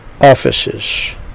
offices